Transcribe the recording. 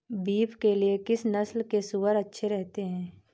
Beef के लिए किस नस्ल के सूअर अच्छे रहते हैं?